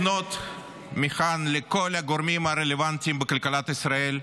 אני רוצה לפנות מכאן לכל הגורמים הרלוונטיים בכלכלת ישראל,